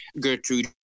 Gertrude